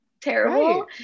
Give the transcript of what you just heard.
terrible